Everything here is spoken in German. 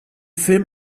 film